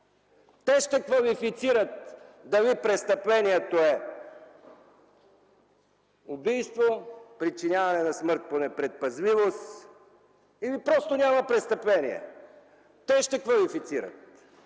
Те ще квалифицират дали престъплението е убийство, причиняване на смърт по непредпазливост или просто няма престъпление. Те ще квалифицират,